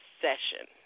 session